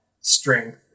strength